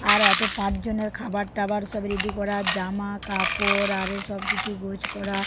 আর এত পাঁচজনের খাবার টাবার সব রেডি করা জামাকাপড় আর এ সব কিছু গোছ করা